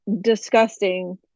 disgusting